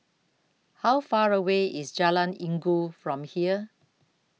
How Far away IS Jalan Inggu from here